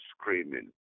screaming